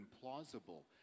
plausible